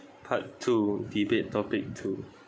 part two debate topic two